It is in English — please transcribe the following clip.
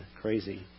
crazy